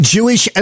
Jewish